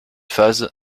phase